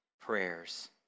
prayers